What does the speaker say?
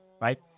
right